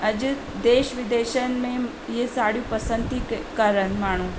अॼु देश विदेशनि में इहे साड़ियूं पसंदि थी कई करणु माण्हू